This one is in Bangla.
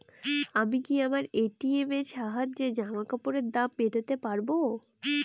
আমি কি আমার এ.টি.এম এর সাহায্যে জামাকাপরের দাম মেটাতে পারব?